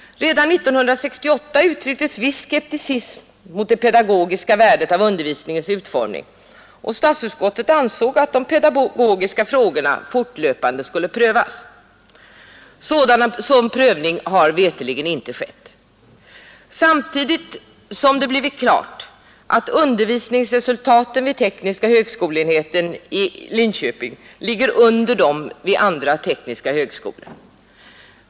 Redan 1968 uttrycktes viss skepsis mot det pedagogiska värdet av undervisningens utformning, och statsutskottet ansåg att de pedagogiska frågorna fortlöpande skulle prövas. Sådan prövning har veterligen inte skett, och samtidigt har det blivit helt klart att undervisningsresultaten vid den tekniska högskoleenheten i Linköping ligger under resultaten vid andra tekniska högskolor.